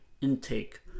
intake